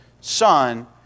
Son